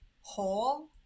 whole